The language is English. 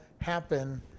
happen